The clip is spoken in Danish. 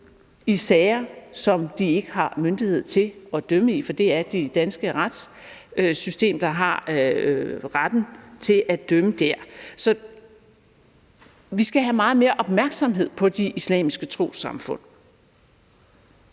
i sager, som de ikke har myndighed til at dømme i, for det er det danske retssystem, der har retten til at dømme dér. Så vi skal have meget mere opmærksomhed på de islamiske trossamfund.